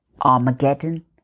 Armageddon